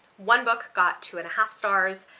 one book got two and a half stars,